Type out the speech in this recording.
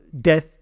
death